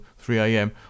3AM